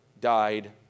died